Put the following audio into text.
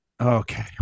Okay